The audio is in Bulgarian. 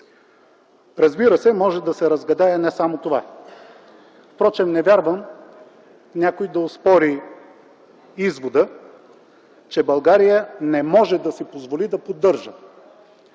Разбира се, може да се разгадае не само това. Впрочем, не вярвам някой да оспори извода, че България не може да си позволи да поддържа